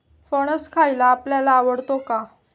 फणस खायला आपल्याला आवडतो का?